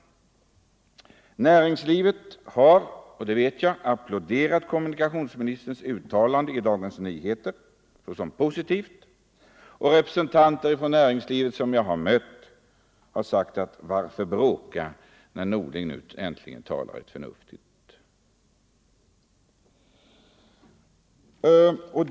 Näringslivet har, det vet jag, applåderat kommunikationsministerns uttalande i Dagens Nyheter och funnit det positivt. Representanter för näringslivet som jag mött har sagt: Varför bråka när Norling nu äntligen 97 talar ett förnuftigt ord!